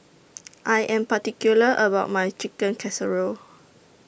I Am particular about My Chicken Casserole